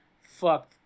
Fuck